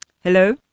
Hello